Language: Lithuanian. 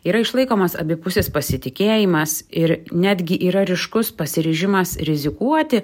yra išlaikomas abipusis pasitikėjimas ir netgi yra ryškus pasiryžimas rizikuoti